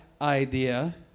idea